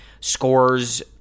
scores